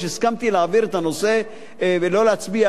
הסכמתי להעביר את הנושא ולא להצביע עליו.